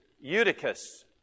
Eutychus